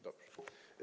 Dobrze.